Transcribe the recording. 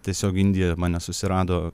tiesiog indijoje mane susirado